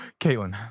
Caitlin